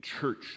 church